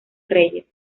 reyes